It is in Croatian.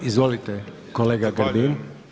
Izvolite kolega Grbin.